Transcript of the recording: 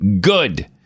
good